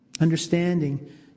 Understanding